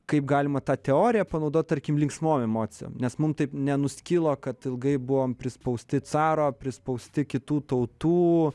kaip galima tą teoriją panaudot tarkim linksmom emocijom nes mums taip nenuskilo kad ilgai buvom prispausti caro prispausti kitų tautų